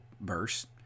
verse